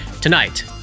Tonight